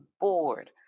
bored